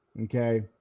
okay